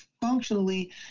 functionally